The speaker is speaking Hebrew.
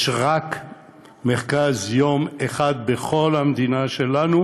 יש רק מרכז יום אחד בכל המדינה שלנו,